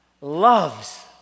loves